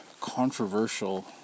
controversial